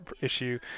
issue